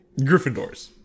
Gryffindors